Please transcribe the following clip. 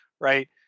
Right